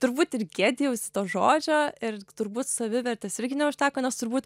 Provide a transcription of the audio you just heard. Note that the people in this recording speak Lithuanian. turbūt ir gėdijausi to žodžio ir turbūt savivertės irgi neužteko nes turbūt